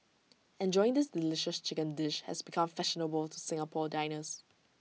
enjoying this delicious chicken dish has become fashionable to Singapore diners